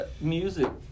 Music